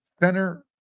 Center